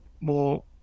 more